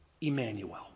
Emmanuel